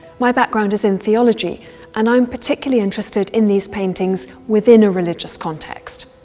my background is in theology and i'm particularly interested in these paintings within a religious context.